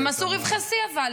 אבל הם עשו רווחי שיא.